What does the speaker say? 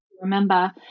remember